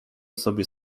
sobie